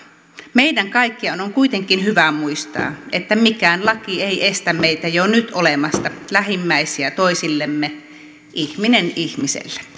meidän kaikkien on kuitenkin hyvä muistaa että mikään laki ei estä meitä jo nyt olemasta lähimmäisiä toisillemme ihminen ihmiselle